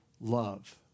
love